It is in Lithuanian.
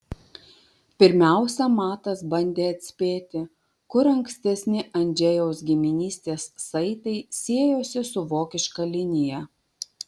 pirmiausia matas bandė atspėti kur ankstesni andžejaus giminystės saitai siejosi su vokiška linija